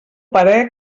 parer